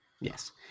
yes